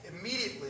immediately